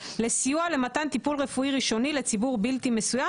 לסיוע למתן טיפול רפואי ראשוני לציבור בלתי מסוים.